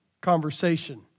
conversation